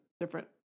different